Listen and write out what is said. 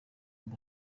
amb